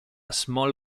small